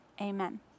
Amen